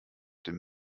dem